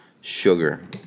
sugar